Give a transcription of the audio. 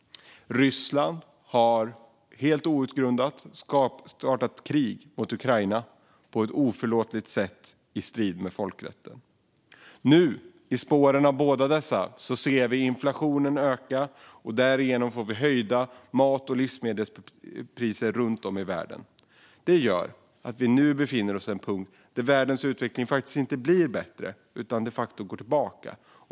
Ryssland har helt ogrundat startat krig mot Ukraina på ett oförlåtligt sätt i strid med folkrätten. I spåren av båda dessa saker ser vi inflationen öka, och därigenom får vi höjda mat och livsmedelspriser runt om i världen. Detta gör att vi nu befinner oss på en punkt där världens utveckling inte blir bättre utan går tillbaka.